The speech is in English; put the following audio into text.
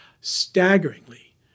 staggeringly